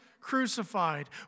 crucified